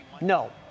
no